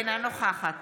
אינה נוכחת